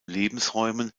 lebensräumen